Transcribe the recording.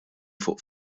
fuq